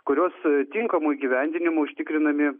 kurios tinkamu įgyvendinimu užtikrinami